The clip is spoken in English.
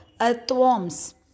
earthworms